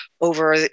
over